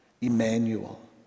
Emmanuel